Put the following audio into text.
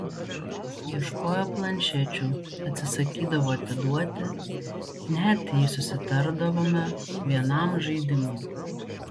ieškojo planšečių atsisakydavo atiduoti net jei susitardavome vienam žaidimui